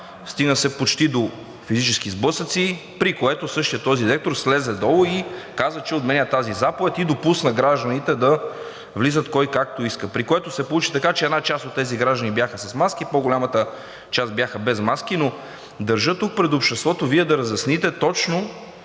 Стигна се почти до физически сблъсъци, при което същият този директор слезе долу и каза, че отменя тази заповед и допусна гражданите да влизат кой както иска, при което се получи така, че една част от тези граждани бяха с маски, а по-голямата част бяха без маски. Но държа тук пред обществото Вие да разясните точно